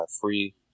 free